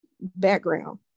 background